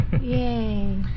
yay